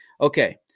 Okay